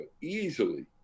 easily